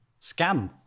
scam